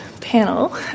panel